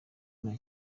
nta